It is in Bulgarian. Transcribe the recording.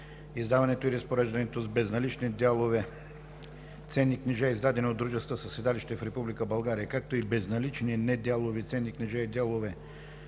Издаването и разпореждането с безналични дялови ценни книжа, издадени от дружества със седалище в Република България, както и безналични недялови ценни книжа и дялове